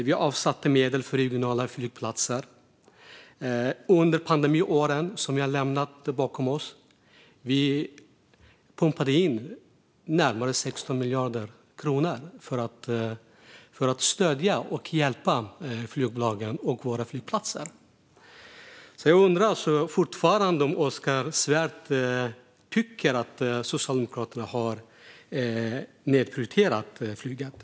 Vi avsatte medel för regionala flygplatser. Under pandemiåren som vi har lämnat bakom oss pumpade vi in närmare 16 miljarder kronor för att stödja och hjälpa flygbolagen och våra flygplatser. Jag undrar alltså om Oskar Svärd fortfarande tycker att Socialdemokraterna har nedprioriterat flyget.